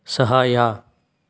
ಸಹಾಯ